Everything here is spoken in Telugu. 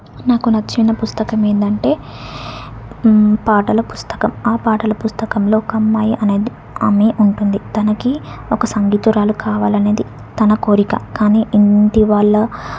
నాకు నచ్చిన పుస్తకం ఏంటంటే పాటల పుస్తకం ఆ పాటల పుస్తకంలో ఒక అమ్మాయి అనేది ఆమె అంటుంది తనకి ఒక సంగీతురాలు కావాలి అనేది తన కోరిక కానీ ఇంటి వాళ్ళ